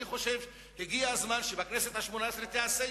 אני חושב שהגיע הזמן שבכנסת השמונה-עשרה תיעשה,